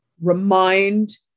remind